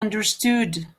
understood